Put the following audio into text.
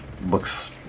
looks